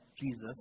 Jesus